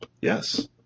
Yes